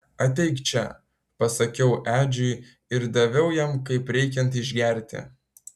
ateik čia pasakiau edžiui ir daviau jam kaip reikiant išgerti